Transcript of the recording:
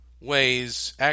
ways